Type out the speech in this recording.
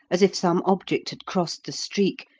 as if some object had crossed the streak,